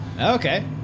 Okay